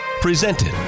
presented